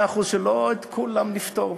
מאה אחוז שלא את כולן נפתור,